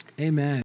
Amen